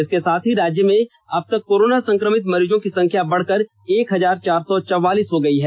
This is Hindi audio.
इसके साथ ही राज्य में अब तक कोरोना संकमित मरीजों की संख्या बढ़कर एक हजार चार सौ चौवालीस हो गयी है